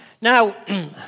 Now